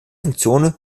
funktion